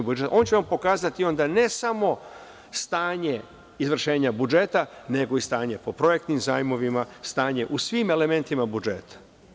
On će vam pokazati ne samo stanje izvršenja budžeta, nego i stanje oko projektnih zajmova, stanje u svim elementima budžeta.